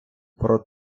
про